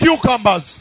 cucumbers